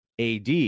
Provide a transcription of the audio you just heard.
AD